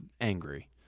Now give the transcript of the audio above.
angry